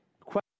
question